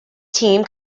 team